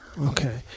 Okay